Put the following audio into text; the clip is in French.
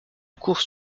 course